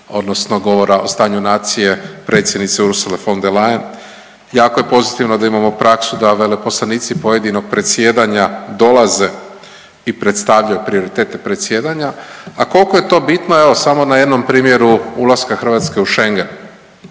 odnosno govora o stanju nacije predsjednice Ursule von der Leyen. Jako je pozitivno da imamo praksu da veleposlanici pojedinog predsjedanja dolaze i predstavljaju prioritete predsjedanja, a koliko je to bitno evo sam na jednom primjeru ulaska Hrvatske u Schengen.